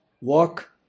walk